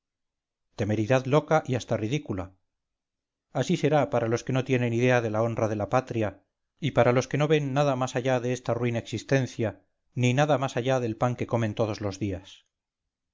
temeridad loca y hasta ridícula así será para los que no tienen idea de la honra de la patria y para los que no ven nada más allá de esta ruin existencia ni nada más allá del pan que comen todos los días